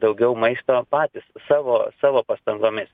daugiau maisto patys savo savo pastangomis